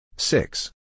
Six